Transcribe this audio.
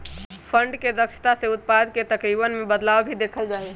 fund के दक्षता से उत्पाद के तरीकवन में बदलाव भी देखल जा हई